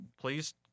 please